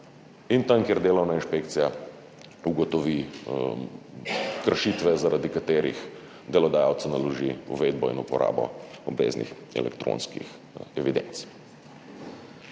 in tam, kjer delovna inšpekcija ugotovi kršitve, zaradi katerih delodajalcu naloži uvedbo in uporabo obveznih elektronskih evidenc.